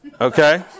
Okay